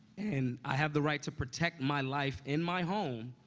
and i have the right to protect my life in my home,